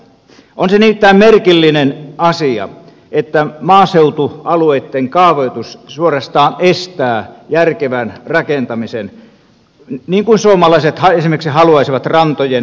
on se nimittäin merkillinen asia että maaseutualueitten kaavoitus suorastaan estää järkevän rakentamisen niin kuin suomalaiset esimerkiksi haluaisivat rantojen läheisyyteen